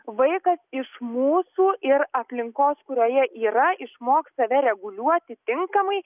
vaikas iš mūsų ir aplinkos kurioje yra išmoks save reguliuoti tinkamai